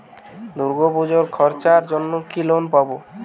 দূর্গাপুজোর খরচার জন্য কি লোন পাব?